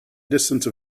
distance